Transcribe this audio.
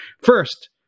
First